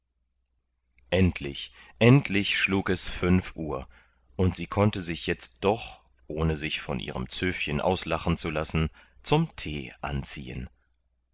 endlich endlich schlug es fünf uhr und sie konnte sich jetzt doch ohne sich von ihrem zöfchen auslachen zu lassen zum tee anziehen